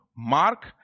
Mark